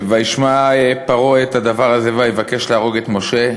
"וישמע פרעה את הדבר הזה ויבקש להרג את משה.